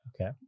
okay